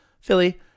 Philly